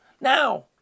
Now